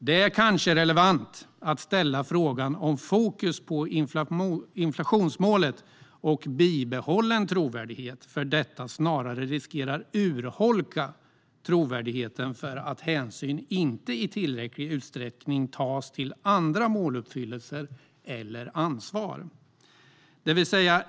Det är kanske relevant att ställa frågan om fokus på inflationsmålet och bibehållen trovärdighet för detta snarare riskerar att urholka trovärdigheten för att hänsyn inte i tillräcklig utsträckning tas till andra måluppfyllelser eller ansvar.